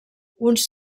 uns